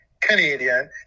Canadian